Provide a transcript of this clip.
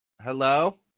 Hello